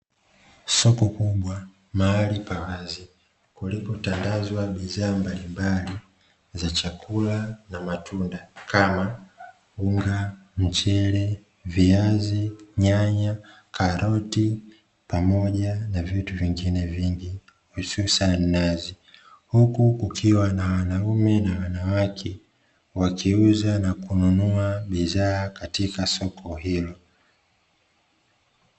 Soko kubwa mahali pa wazi kulikotandazwa bidhaa mbalimbali za chakula na matunda kama ;Unga , Michele ,Viazi , Nyanya ,Karoti pamoja na vitu vingine vingi hususani nazi huku kukiwa na wanaume na wanawake wakiuza na kununua bidhaa katika soko hilo.